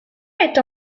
est